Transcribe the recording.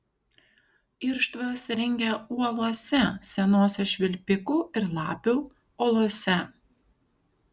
irštvas rengia uolose senose švilpikų ir lapių olose